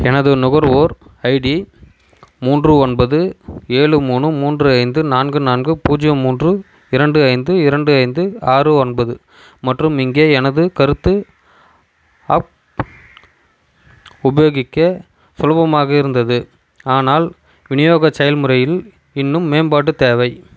எனது நுகர்வோர் ஐடி மூன்று ஒன்பது ஏழு மூணு மூன்று ஐந்து நான்கு நான்கு பூஜ்யம் மூன்று இரண்டு ஐந்து இரண்டு ஐந்து ஆறு ஒன்பது மற்றும் இங்கே எனது கருத்து அப் உபயோகிக்க சுலபமாக இருந்தது ஆனால் விநியோக செயல்முறையில் இன்னும் மேம்பாடு தேவை